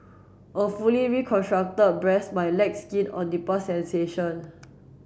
a fully reconstructed breast might lack skin or nipple sensation